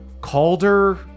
Calder